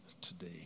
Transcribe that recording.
today